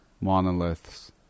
monoliths